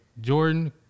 Jordan